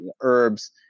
herbs